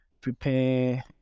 prepare